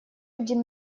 один